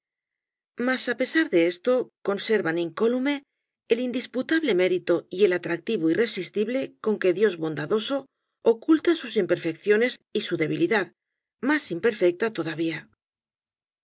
mas á pesar de esto conservan incólume el indisputable mérito y el atractivo irresistible con que dios bondadoso oculta sus imperfecciones y su debilidad más imperfecta todavía